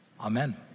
amen